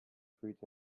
fruits